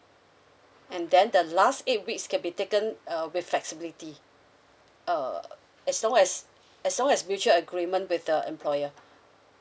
and then the last eight weeks can be taken uh with flexibility uh as long as as long as mutual agreement with the employer